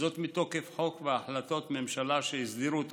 וזאת מתוקף חוק והחלטות ממשלה שהסדירו את